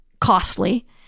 costly